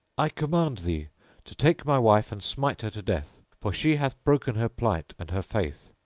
i command thee to take my wife and smite her to death for she hath broken her plight and her faith.